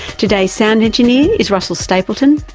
today's sound engineer is russell stapleton.